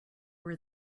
were